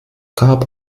gab